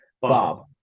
bob